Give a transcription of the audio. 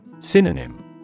Synonym